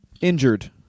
Injured